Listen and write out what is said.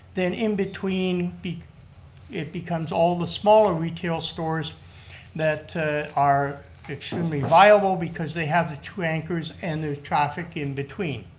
then in between it becomes all the smaller retail stores that are extremely viable because they have the two anchors and the traffic in between.